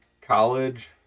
college